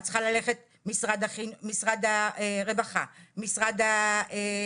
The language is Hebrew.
את צריכה ללכת למשרד הרווחה, משרד השיכון.